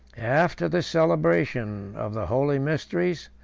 after the celebration of the holy mysteries,